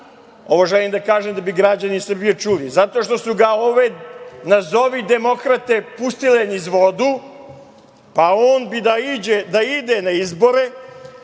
Ovo želim da kažem da bi građani Srbije čuli, zato što su ga ove nazovi demokrate, pustile niz vodu, pa bi on da ide na izbore,